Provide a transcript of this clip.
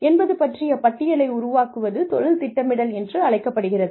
என்பது பற்றிய பட்டியலை உருவாக்குவது தொழில் திட்டமிடல் என்று அழைக்கப்படுகிறது